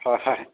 হয় হয়